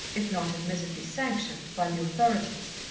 if not admittedly sanctioned, by the authorities.